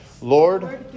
Lord